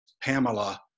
Pamela